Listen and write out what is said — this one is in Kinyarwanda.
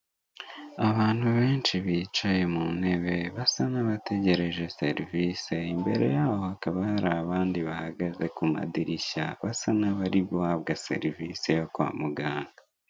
Abantu benshi bicaye mu ntebe basa n'abategereje serivisi imbere yabo hakaba hari abandi bahagaze ku madirishya basa n'abari guhabwa serivisi yo kwa muganga.